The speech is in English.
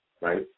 right